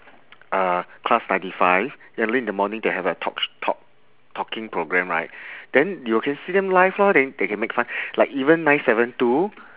uh class ninety five early in the morning they have a talk talk talking programme right then you can see them live lor then they can make fun like even nine seven two